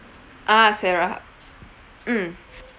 ah sarah mm